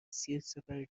سپری